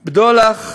בדולח,